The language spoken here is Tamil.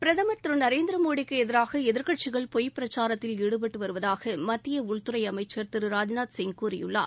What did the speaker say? பிரதமா் திரு நரேந்திரமோடிக்கு எதிராக எதிர்க்கட்சிகள் பொய்ப்பிரச்சாரத்தில் ஈடுபட்டு வருவதாக மத்திய உள்துறை அமைச்சர் திரு ராஜ்நாத் சிங் கூறியுள்ளார்